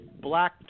Black